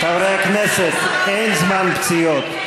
חברי הכנסת, אין זמן פציעות.